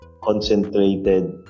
concentrated